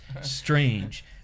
strange